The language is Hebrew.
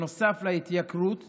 נוסף להתייקרות זו,